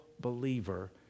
believer